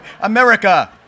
America